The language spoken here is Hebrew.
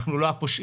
אנחנו לא הפושעים,